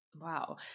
wow